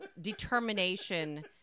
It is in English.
determination